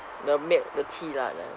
the milk the tea lah the